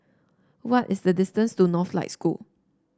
what is the distance to Northlight School